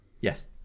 Yes